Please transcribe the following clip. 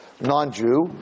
non-Jew